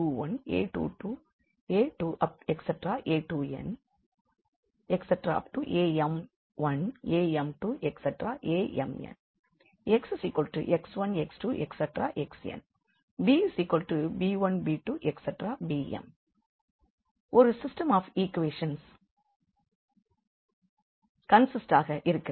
Axb A a11 a12 a1n a21 a22 a2n ⋱ am1 am2 amn xx1 x2 xn b b1 b2 bm ஒரு system of equation கண்சிஸ்ட்டெண்டாக ஆக இருக்கிறது